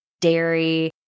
dairy